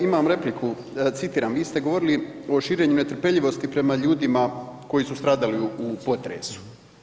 Imam repliku, citiram vi ste govorili o „širenju netrpeljivosti prema ljudima koji su stradali u potresu“